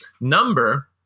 number